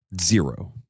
Zero